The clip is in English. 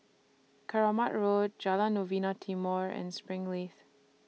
Keramat Road Jalan Novena Timor and Springleaf